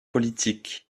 politiques